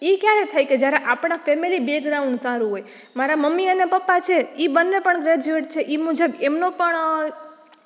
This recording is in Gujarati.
એ ક્યારે થાય કે આપડા ફેમિલી બેગ્રાઉન્ડ સારું હોય મારા મમ્મી અને પપ્પા છે એ બંને પણ ગ્રેજ્યુએટ છે એ મુજબ એમનો પણ